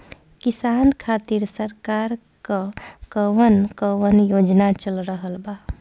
किसान खातिर सरकार क कवन कवन योजना चल रहल बा?